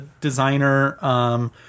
designer